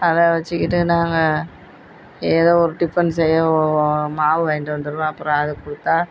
அதை வச்சுக்கிட்டு நாங்கள் ஏதோ ஒரு டிஃபன் செய்ய ஓ மாவு வாங்கிகிட்டு வந்துடுவேன் அப்புறம் அதை கொடுத்தா